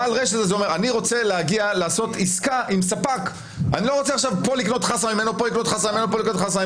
בעל הרשת רוצה לעשות עסקה עם ספק שייתן לו את כל המוצרים.